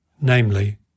namely